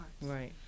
Right